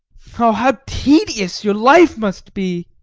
oh, how tedious your life must be.